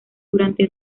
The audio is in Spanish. durante